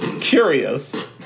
curious